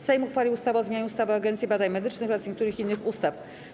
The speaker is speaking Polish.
Sejm uchwalił ustawę o zmianie ustawy o Agencji Badań Medycznych oraz niektórych innych ustaw.